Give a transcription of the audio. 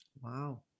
wow